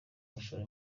gushora